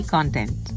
Content